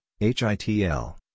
HITL